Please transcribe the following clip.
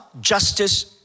justice